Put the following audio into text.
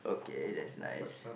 okay that's nice